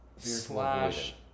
Slash